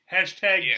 Hashtag